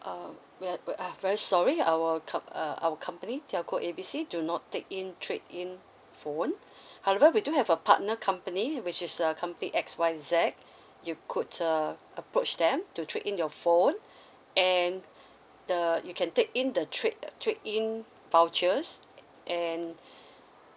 uh we are we are very sorry our com~ uh our company telco A B C do not take in trade in phone however we do have a partner company which is uh company X Y Z you could uh approach them to trade in your phone and the you can take in the trade trade in vouchers and